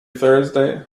thursday